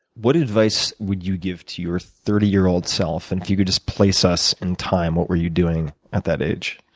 what advice would you give to your thirty year old self, and if you could just place us in time, what were you doing at that age?